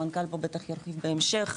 המנכ"ל פה בטח יגיד בהמשך,